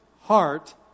heart